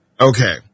Okay